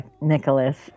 Nicholas